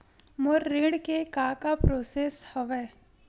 मोर ऋण के का का प्रोसेस हवय?